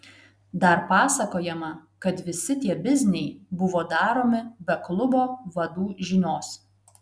dar pasakojama kad visi tie bizniai buvo daromi be klubo vadų žinios